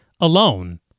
alone